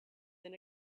than